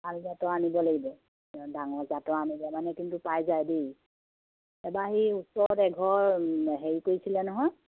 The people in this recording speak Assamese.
ভাল জাতৰ আনিব লাগিব ডাঙৰ জাতৰ আনিব মানে কিন্তু পাই যায় দেই এবাৰ সেই ওচৰত এঘৰ হেৰি কৰিছিলে নহয়